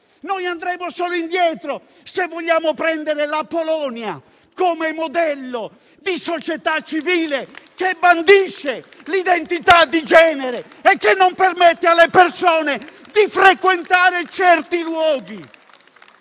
torneremo solo indietro, se vogliamo prendere la Polonia come modello di società civile, che bandisce l'identità di genere e che non permette alle persone di frequentare certi luoghi.